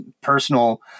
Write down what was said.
personal